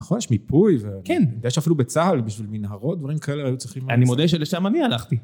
נכון, יש מיפוי ו... כן. יש אפילו בצהל בשביל מנהרות, דברים כאלה היו צריכים... אני מודה שלשם אני הלכתי.